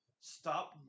stop